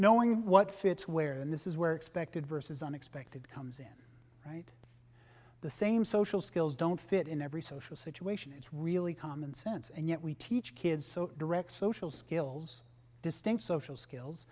knowing what fits where and this is where expected vs unexpected comes in right the same social skills don't fit in every social situation it's really common sense and yet we teach kids so directs social skills distinct social skills